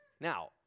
Now